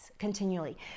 continually